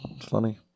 funny